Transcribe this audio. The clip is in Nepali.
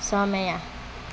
समय